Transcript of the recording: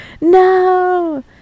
No